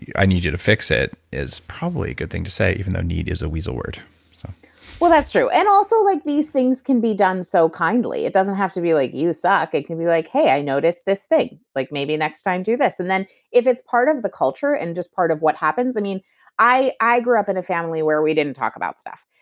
i need you to fix it, is probably a good thing to say, even though need is a weasel word so well, that's true. and also, like these things can be done so kindly. it doesn't have to be like you suck. it can be like, hey i noticed this thing. like maybe next time do this. and then if it's part of the culture and just part of what happens. and i i grew up in a family where we didn't talk about stuff.